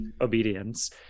obedience